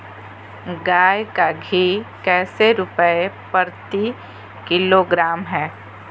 गाय का घी कैसे रुपए प्रति किलोग्राम है?